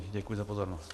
Děkuji za pozornost.